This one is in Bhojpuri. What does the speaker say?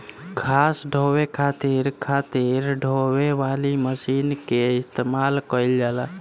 घास ढोवे खातिर खातिर ढोवे वाली मशीन के इस्तेमाल कइल जाला